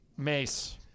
Mace